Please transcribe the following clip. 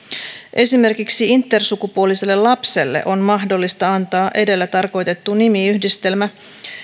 esimerkiksi intersukupuoliselle lapselle on mahdollista antaa edellä tarkoitettu nimiyhdistelmä